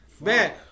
man